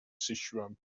sichuan